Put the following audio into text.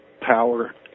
power